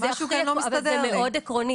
משהו כאן לא מסתדר לי.